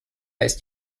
ist